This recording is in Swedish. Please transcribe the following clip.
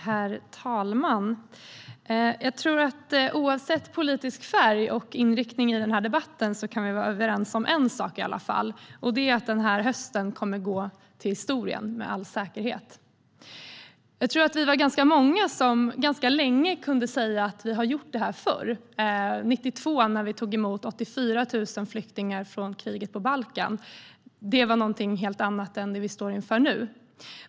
Herr talman! Jag tror att vi oavsett politisk färg och inriktning i debatten kan vara överens om en sak, i alla fall: Den här hösten kommer med all säkerhet att gå till historien. Vi var nog ganska många som ganska länge kunde säga att vi har gjort det här förr. År 1992 tog vi emot 84 000 flyktingar från kriget på Balkan. Det var någonting helt annat än det vi står inför nu.